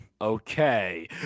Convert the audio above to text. Okay